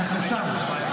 אנחנו שם.